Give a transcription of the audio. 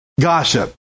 gossip